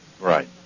Right